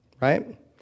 Right